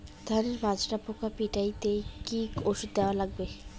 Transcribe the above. ধানের মাজরা পোকা পিটাইতে কি ওষুধ দেওয়া লাগবে?